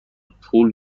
پول